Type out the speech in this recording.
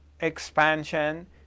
expansion